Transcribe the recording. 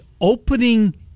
opening